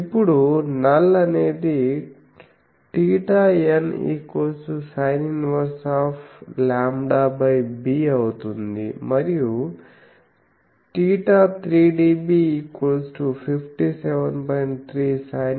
ఇప్పుడు నల్ అనేది θn≈sin 1λb అవుతుంది మరియు θ3dB 57